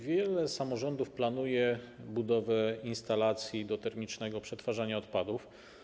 Wiele samorządów planuje budowę instalacji do termicznego przetwarzania odpadów.